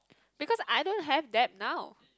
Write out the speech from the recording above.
because I don't have that now